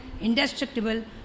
indestructible